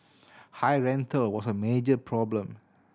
high rental was a major problem